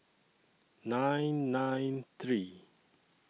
nine nine three